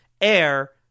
air –